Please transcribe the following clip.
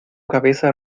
cabeza